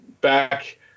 back